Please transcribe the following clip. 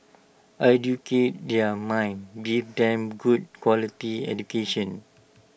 educate their mind give them good quality education